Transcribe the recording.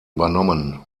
übernommen